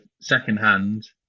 secondhand